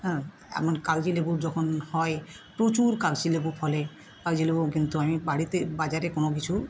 হ্যাঁ এমন কাগজি লেবু যখন হয় প্রচুর কাগজি লেবু ফলে কাগজি লেবুও কিন্তু আমি বাড়িতে বাজারে কোনো কিছু